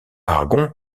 aragon